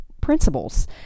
principles